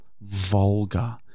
vulgar